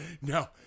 No